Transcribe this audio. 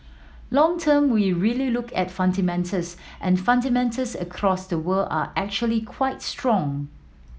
long term we really look at fundamentals and fundamentals across the world are actually quite strong